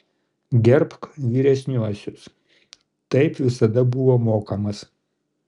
gerbk vyresniuosius taip visada buvo mokomas